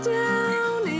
down